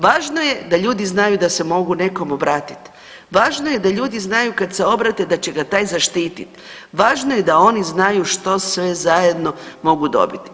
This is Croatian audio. Važno je da ljudi znaju da se mogu nekom obratit, važno je da ljudi znaju kad se obrate da će ga taj zaštititi, važno je da oni znaju što sve zajedno mogu dobit.